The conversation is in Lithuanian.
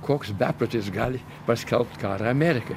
koks beprotis gali paskelbt karą amerikai